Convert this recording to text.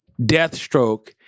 Deathstroke